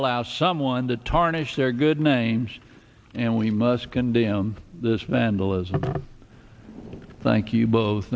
allow someone to tarnish their good names and we must condemn this vandalism thank you both